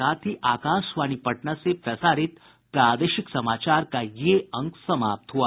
इसके साथ ही आकाशवाणी पटना से प्रसारित प्रादेशिक समाचार का ये अंक समाप्त हुआ